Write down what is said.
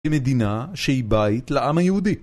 במדינה שהיא בית לעם היהודי.